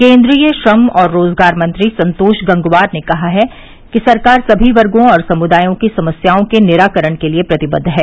केन्द्रीय श्रम और रोजगार मंत्री संतोष गंगवार ने कहा है कि सरकार सभी वर्गो और समुदायों की समस्याओं के निराकरण के लिये प्रतिबद्द है